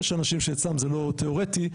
יש אנשים שאצלם זה לא תיאורטי,